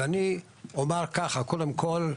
אז אני אומר כך קודם כל,